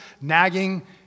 nagging